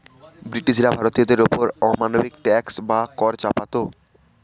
ব্রিটিশরা ভারতীয়দের ওপর অমানবিক ট্যাক্স বা কর চাপাতো